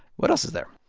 what else is there?